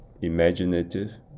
imaginative